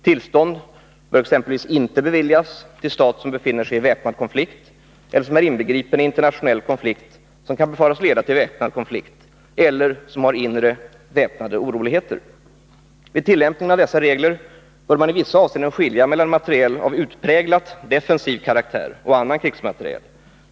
Tillstånd bör exempelvis inte beviljas till stat som befinner sigi väpnad konflikt eller som är inbegripen i internationell konflikt som kan befaras leda till väpnad konflikt eller som har inre väpnade oroligheter. Vid tillämpningen av dessa regler bör man i vissa avseenden skilja mellan materiel av utpräglat defensiv karaktär och annan krigsmateriel.